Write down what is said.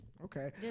Okay